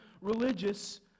religious